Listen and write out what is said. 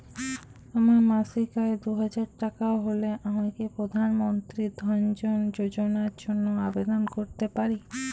আমার মাসিক আয় দুহাজার টাকা হলে আমি কি প্রধান মন্ত্রী জন ধন যোজনার জন্য আবেদন করতে পারি?